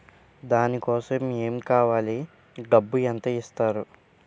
దాని కోసం ఎమ్ కావాలి డబ్బు ఎంత ఇస్తారు?